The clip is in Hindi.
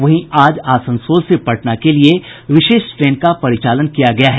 वहीं आज आसनसोल से पटना के लिये विशेष ट्रेन का परिचालन किया गया है